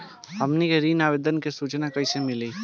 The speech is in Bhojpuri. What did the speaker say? हमनी के ऋण आवेदन के सूचना कैसे मिली?